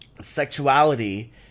sexuality